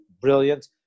brilliant